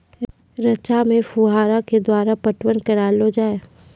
रचा मे फोहारा के द्वारा पटवन करऽ लो जाय?